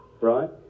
right